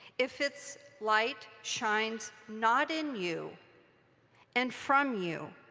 if its light shines not in you and from you,